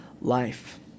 life